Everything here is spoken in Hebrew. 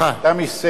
תמי סלע.